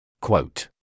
Quote